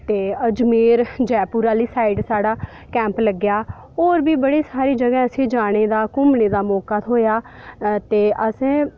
ते अजमेर जयपुर आह्ली साईड साढ़ा कैम्प लग्गेआ होर बी बड़ी सारी जगाह् असे गीं जाने दा घुम्मने दा मौका थ्होआ